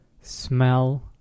smell